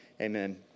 amen